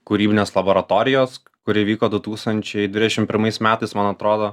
kūrybinės laboratorijos kuri vyko du tūkstančiai dvidešim pirmais metais man atrodo